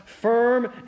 firm